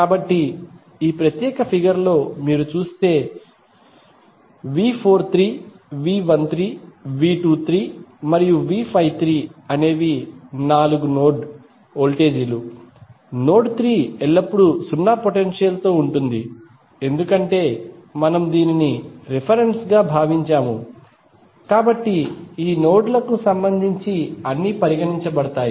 కాబట్టి ఈ ప్రత్యేక ఫిగర్ లో మీరు చూస్తేV43 V13 V23 మరియుV53 అనేవి నాలుగు నోడ్ వోల్టేజీలు నోడ్ 3 ఎల్లప్పుడూ సున్నా పొటెన్షియల్ తో ఉంటుంది ఎందుకంటే మనము దీనిని రిఫెరెన్స్ గా భావించాము కాబట్టి ఈ నోడ్ కు సంబంధించి అన్నీ పరిగణించబడతాయి